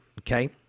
Okay